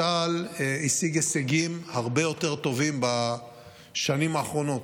צה"ל השיג הישגים הרבה יותר טובים בשנים האחרונות.